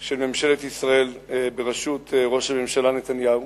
של ממשלת ישראל בראשות ראש הממשלה נתניהו